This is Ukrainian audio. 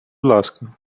ласка